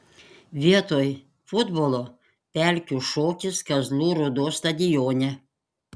vietoj futbolo pelkių šokis kazlų rūdos stadione